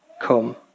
come